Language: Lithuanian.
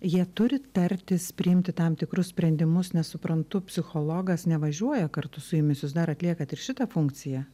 jie turi tartis priimti tam tikrus sprendimus nes suprantu psichologas nevažiuoja kartu su jumis jūs dar atliekat ir šitą funkciją